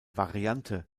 variante